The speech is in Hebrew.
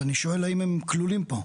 ואני שואל האם הם כלולים פה?